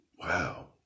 Wow